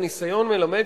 בדיוק.